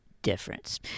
difference